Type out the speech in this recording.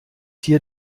hier